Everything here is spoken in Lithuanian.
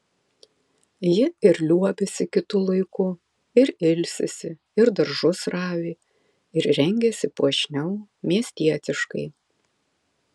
ji ir liuobiasi kitu laiku ir ilsisi ir daržus ravi ir rengiasi puošniau miestietiškai